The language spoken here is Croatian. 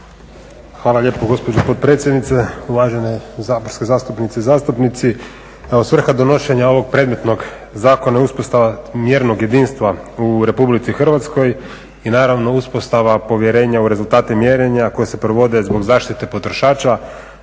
Hvala lijepo gospođo potpredsjednice. Uvažene saborske zastupnice i zastupnici, evo svrha donošenja ovog predmetnog zakona je uspostava mjernog jedinstva u RH i naravno uspostava povjerenja u rezultate mjerenja koji se provode zbog zaštite potrošača,